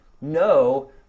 no